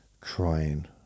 crying